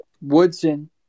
Woodson